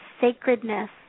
sacredness